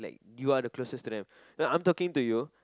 you are the closest to them no I'm talking to you